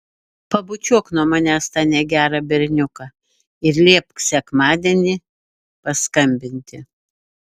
pabučiuok nuo manęs tą negerą berniuką ir liepk sekmadienį paskambinti